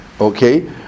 Okay